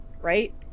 Right